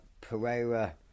Pereira